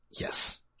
Yes